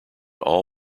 all